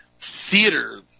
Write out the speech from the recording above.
theater